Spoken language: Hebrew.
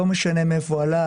לא משנה מאיפה הוא עלה,